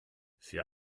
für